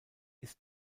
ist